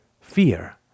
fear